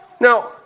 Now